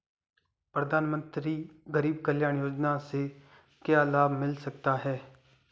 प्रधानमंत्री गरीब कल्याण योजना से क्या लाभ मिल सकता है?